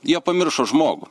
jie pamiršo žmogų